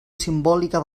simbòlica